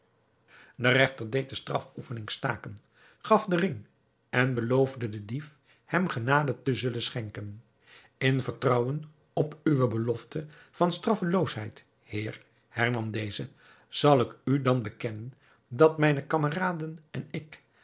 de regter deed de strafoefening staken gaf den ring en beloofde den dief hem genade te zullen schenken in vertrouwen op uwe belofte van straffeloosheid heer hernam deze zal ik u dan bekennen dat mijne kameraden en ik